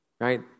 right